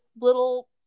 little